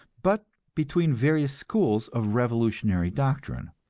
but between various schools of revolutionary doctrine.